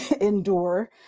endure